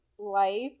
life